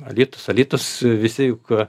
alytus alytus visi juk